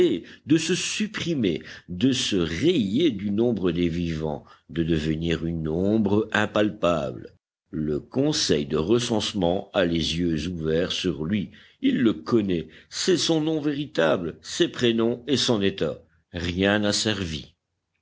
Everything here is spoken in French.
de se supprimer de se rayer du nombre des vivants de devenir une ombre impalpable le conseil de recensement a les yeux ouverts sur lui il le connaît sait son nom véritable ses prénoms et son état rien n'a servi